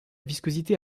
viscosité